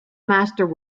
master